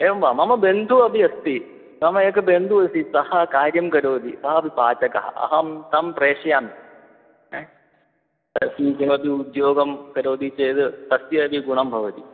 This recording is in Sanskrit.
एवं वा मम बन्धुः अपि अस्ति मम एकः बन्धुः अस्ति सः कार्यं करोति सः अपि पाचकः अहं तं प्रेषयामि तस्मिन् किमपि उद्योगं करोति चेद् तस्य अपि गुणं भवति